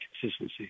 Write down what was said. consistency